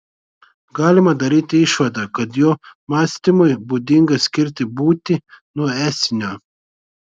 galima daryti išvadą kad jo mąstymui būdinga skirti būtį nuo esinio